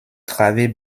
travées